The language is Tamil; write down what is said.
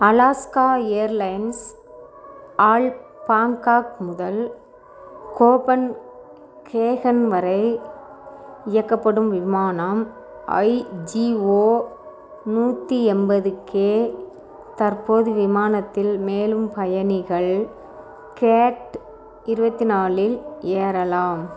அலாஸ்கா ஏர்லைன்ஸ் ஆல் பாங்காக் முதல் கோப்பன் கேகன்மரை இயக்கப்படும் விமானம் ஐஜிஒ நூற்று எண்பது கே தற்போது விமானத்தில் மேலும் பயணிகள் கேட் இருபத்தி நாலில் ஏறலாம்